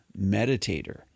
meditator